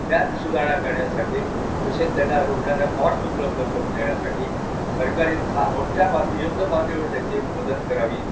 त्यात सुधारणा करण्यासाठी विशेष त्यांना रुग्णांना कॉट्स उपलब्ध करून देण्यासाठी सरकारी खा मोठ्या पात युद्ध पातळीवर त्याची मदत करावी